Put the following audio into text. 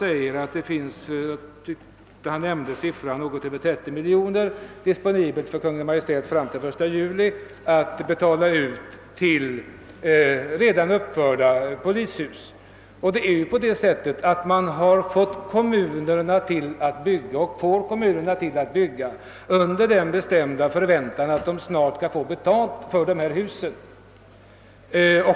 Herr Gustafsson i Skellefteå nämnde att något över 30 miljoner kronor finns disponibla för Kungl. Maj:t fram till den 1 juli att betala ut för redan uppförda polishus. Man har fått och får kommunerna att bygga på grund av att de väntar sig att snart få betalt för husen.